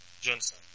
Johnson